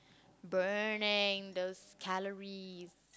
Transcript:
burning those calories